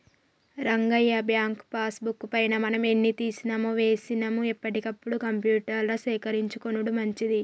Rangayya bank passbook పైన మనం ఎన్ని తీసినామో వేసినాము ఎప్పటికప్పుడు కంప్యూటర్ల సేకరించుకొనుడు మంచిది